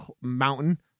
mountain